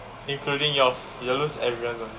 including yours you'll lose everyone's [one]